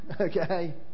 okay